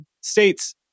states